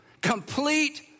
complete